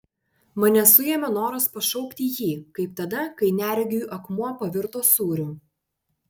mane suėmė noras pašaukti jį kaip tada kai neregiui akmuo pavirto sūriu